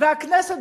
והכנסת,